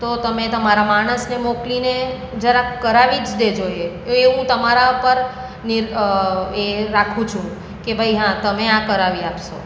તો તમે તમારા માણસને મોકલીને જરાક કરાવી જ દેજો એ એ હું તમારા પર એ રાખું છું કે ભાઈ હા તમે આ કરાવી આપશો